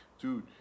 dude